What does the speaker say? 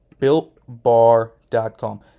BuiltBar.com